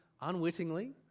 unwittingly